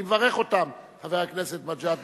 אני מברך אותם, חבר הכנסת מג'אדלה.